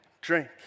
drink